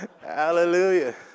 Hallelujah